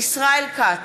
ישראל כץ,